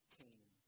came